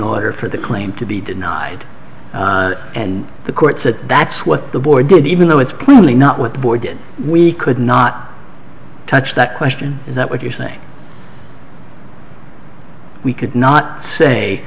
order for the claim to be denied and the court said that's what the boy did even though it's plainly not what the boy did we could not touch that question is that what you're saying we could not say